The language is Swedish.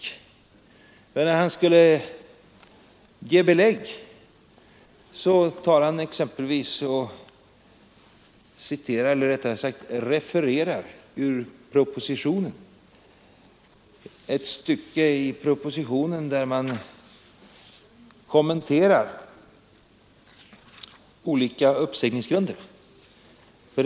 När herr Hallgren skulle ge belägg för sina påståenden refererade han ett stycke i propositionen där olika uppsägningsgrunder kommenteras.